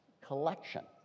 collection